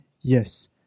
yes